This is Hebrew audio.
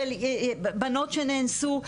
של בנות שנאנסו,